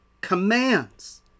commands